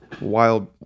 wild